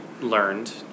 learned